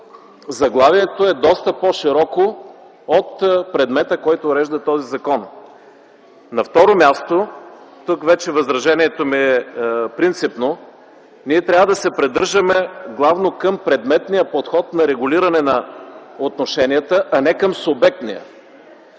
заглавието е доста по-широко от предмета, който урежда този закон. Второ, тук вече възражението ми е принципно – ние трябва да се придържаме главно към предметния подход на регулиране на отношенията, а не към субектния,